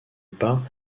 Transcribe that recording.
bas